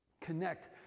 connect